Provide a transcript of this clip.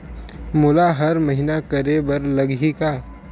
मोला हर महीना करे बर लगही का?